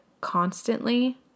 constantly